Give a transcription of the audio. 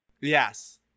Yes